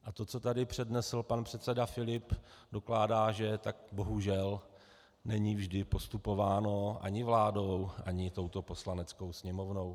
A to, co tady přednesl pan předseda Filip dokládá, že tak bohužel není vždy postupováno ani vládou, ani touto Poslaneckou sněmovnou.